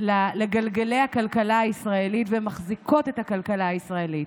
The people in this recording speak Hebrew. לגלגלי הכלכלה הישראלית ומחזיקות את הכלכלה הישראלית.